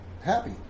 happy